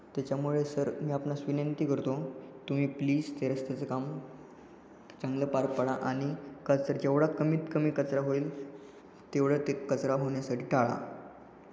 त्याच्यामुळे सर मी आपणास विनंती करतो तुम्ही प्लीज ते रस्त्याचं काम चांगलं पार पाडा आणि कचरा जेवढा कमीत कमी कचरा होईल तेवढं ते कचरा होण्यासाठी टाळा